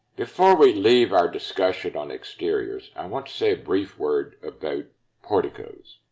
before we leave our discussion on exteriors, i want to say a brief word about porticos.